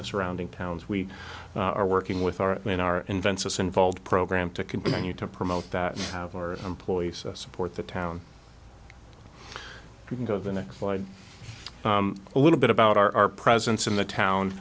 the surrounding towns we are working with our in our invensys involved program to continue to promote that have more employees support the town you can go to the next slide a little bit about our presence in the town